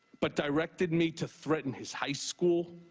but directed me to threaten his high school,